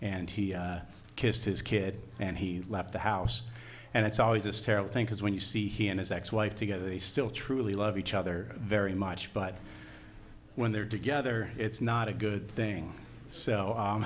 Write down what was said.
and he kissed his kid and he left the house and it's always this terrible think is when you see he and his ex wife together they still truly love each other very much but when they're together it's not a good thing so